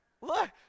Look